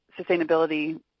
sustainability